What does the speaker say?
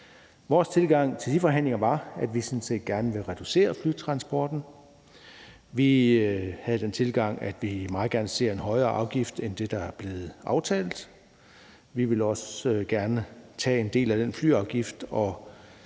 Vores tilgang til de forhandlinger var, at vi sådan set gerne vil reducere flytransporten. Vi havde den tilgang, at vi meget gerne ser en højere afgift end det, der er blevet aftalt. Vi vil også gerne tage en del af den flyafgift